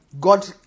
God